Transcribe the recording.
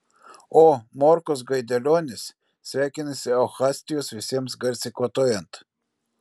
o morkus gaidelionis sveikinasi eustachijus visiems garsiai kvatojant